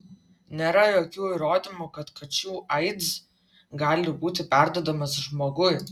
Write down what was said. nėra jokių įrodymų kad kačių aids gali būti perduodamas žmogui